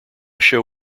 show